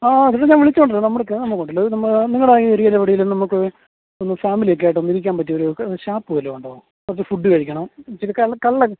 ആ ഞാൻ വിളിച്ചത് നമുക്ക് നമുക്കുണ്ടല്ലോ നിങ്ങളുടെ ഏരിയയിൽ എവിടെ എങ്കിലും നമുക്ക് ഒന്ന് ഫാമിലി ഒക്കെ ആയിട്ട് ഇരിക്കാൻ പറ്റിയൊരു ഷാപ്പ് വല്ലതും ഉണ്ടോ കുറച്ച് ഫുഡ് കഴിക്കണം ഇത്തിരി കള്ള് കള്ള്